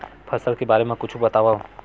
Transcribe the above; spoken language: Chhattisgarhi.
फसल के बारे मा कुछु बतावव